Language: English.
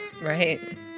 Right